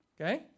Okay